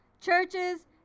churches